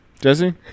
Jesse